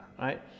right